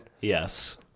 Yes